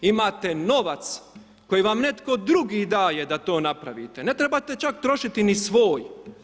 Imate novac koji vam netko drugi daje da to napravite, ne trebate čak trošiti ni svoj.